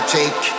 take